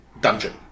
dungeon